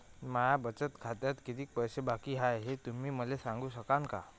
माया बचत खात्यात कितीक पैसे बाकी हाय, हे तुम्ही मले सांगू सकानं का?